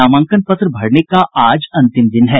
नामांकन पत्र भरने का आज अंतिम दिन है